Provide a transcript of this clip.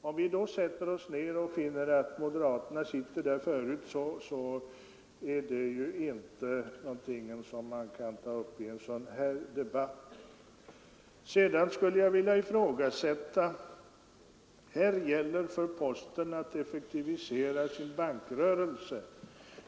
Om vi sätter oss ner och finner att moderaterna sitter där förut är det ju inte någonting som man kan ta upp i en sådan här debatt. Man säger också att här gäller det för posten att effektivisera sin bankrörelse.